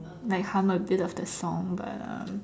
like hum a bit of the song but um